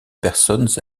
personnes